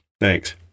thanks